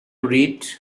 read